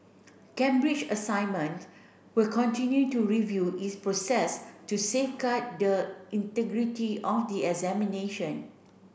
Cambridge Assignment will continue to review its process to safeguard the integrity of the examination